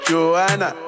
Joanna